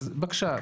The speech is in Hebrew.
אז בבקשה,